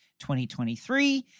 2023